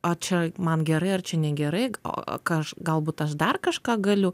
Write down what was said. ar čia man gerai ar čia negerai o ką aš galbūt aš dar kažką galiu